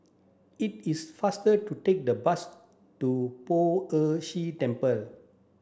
it is faster to take the bus to Poh Ern Shih Temple